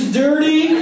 dirty